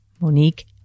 Monique